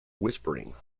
whispering